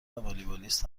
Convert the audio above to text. والیبالیست